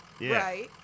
Right